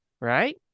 right